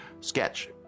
sketch